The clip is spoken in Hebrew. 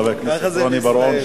חבר הכנסת רוני בר-און,